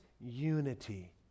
unity